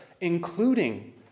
including